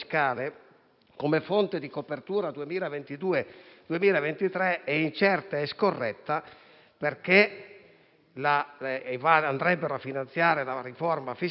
come fonte di copertura 2022-2023 è incerta e scorretta (andrebbe a finanziare la riforma fiscale);